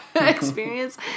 experience